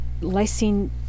Lysine